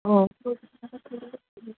हो